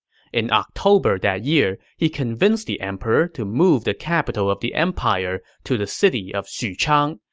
in october that year, he convinced the emperor to move the capital of the empire to the city of xuchang,